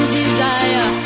desire